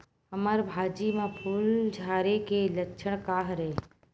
हमर भाजी म फूल झारे के लक्षण का हरय?